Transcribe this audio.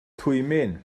twymyn